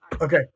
Okay